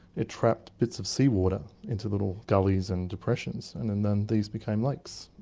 it trapped bits of seawater into little gullies and depressions and and then these became lakes.